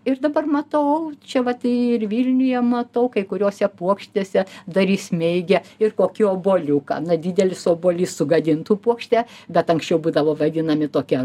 ir dabar matau čia vat ir vilniuje matau kai kuriose puokštėse dar įsmeigia ir kokį obuoliuką na didelis obuolys sugadintų puokštę bet anksčiau būdavo vadinami tokie